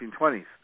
1920s